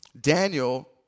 Daniel